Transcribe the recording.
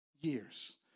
Years